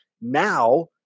Now